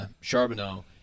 Charbonneau